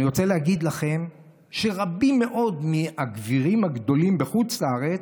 אני רוצה להגיד לכם שרבים מאוד מהגבירים הגדולים בחוץ לארץ,